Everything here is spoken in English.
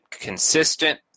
consistent